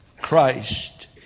Christ